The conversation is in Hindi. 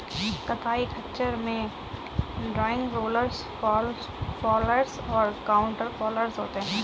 कताई खच्चर में ड्रॉइंग, रोलर्स फॉलर और काउंटर फॉलर होते हैं